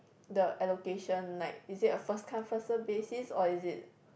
the allocation like is it a first come first served basis or is it